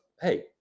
Hey